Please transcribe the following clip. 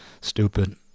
Stupid